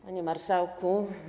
Panie Marszałku!